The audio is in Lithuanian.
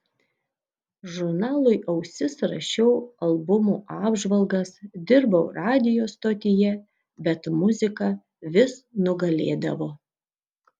žurnalui ausis rašiau albumų apžvalgas dirbau radijo stotyje bet muzika vis nugalėdavo